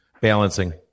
balancing